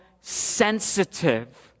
sensitive